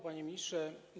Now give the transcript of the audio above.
Panie Ministrze!